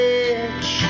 edge